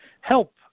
help